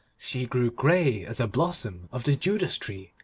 she grew grey as a blossom of the judas tree,